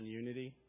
unity